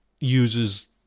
uses